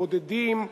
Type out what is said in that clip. הבודדים,